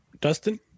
Dustin